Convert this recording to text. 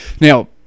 Now